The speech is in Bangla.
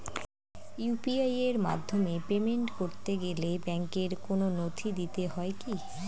ইউ.পি.আই এর মাধ্যমে পেমেন্ট করতে গেলে ব্যাংকের কোন নথি দিতে হয় কি?